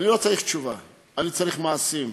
אני לא צריך תשובה, אני צריך מעשים.